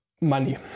money